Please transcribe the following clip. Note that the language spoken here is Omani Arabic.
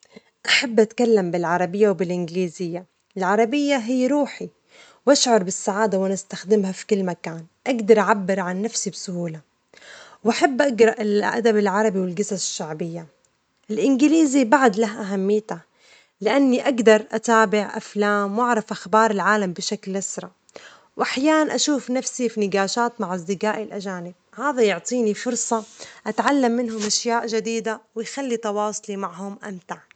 أحب أتكلم بالعربية وبالإنجليزية، العربية هي روحي وأشعر بالسعادة وأنا أستخدمها في كل مكان، أجدر أعبر عن نفسي بسهولة، وأحب أجرأ الأدب العربي والجصص الشعبية، الإنجليزي بعد له أهميتة، لأني أجدر أتابع أفلام وأعرف أخبار العالم بشكل أسرع، وأحيانًا أشوف نفسي في نجاشات مع أصدجائي الأجانب، هذا يعطيني فرصة أتعلم منهم أشياء جديدة ويخلي تواصلي معهم أمتع.